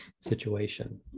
situation